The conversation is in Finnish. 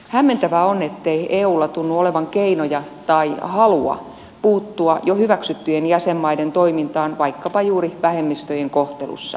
hämmentävää on ettei eulla tunnu olevan keinoja tai halua puuttua jo hyväksyttyjen jäsenmaiden toimintaan vaikkapa juuri vähemmistöjen kohtelussa